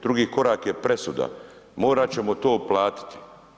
Drugi korak je presuda, morat ćemo to platiti.